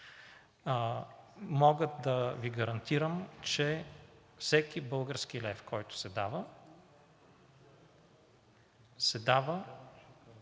Мога да Ви гарантирам, че всеки български лев, който се дава, се дава